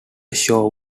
show